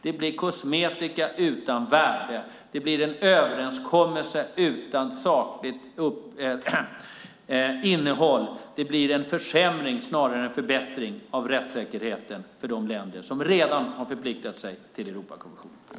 Det blir kosmetika utan värde, det blir en överenskommelse utan sakligt innehåll och det blir en försämring snarare än förbättring av rättssäkerheten för de länder som redan har förpliktat sig att följa Europakonventionen.